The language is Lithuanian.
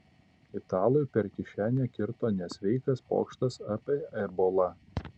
italui per kišenę kirto nesveikas pokštas apie ebolą